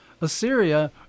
Assyria